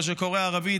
שקורא ערבית,